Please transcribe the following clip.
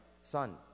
son